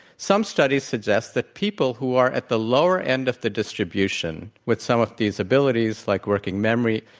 some studies suggest that people who are at the lower end of the distribution, with some of these abilities like working memory,